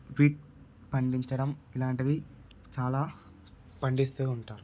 wheat పండించడం ఇలాంటివి చాలా పండిస్తు ఉంటారు